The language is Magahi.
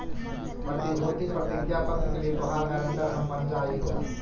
प्रतिभूति प्रतिज्ञा पत्र के लिए तोहार गारंटर हम बन जा हियो